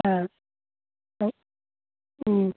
hello